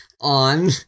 On